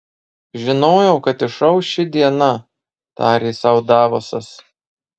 žinojau kad išauš ši diena tarė sau davosas